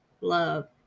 Love